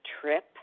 trip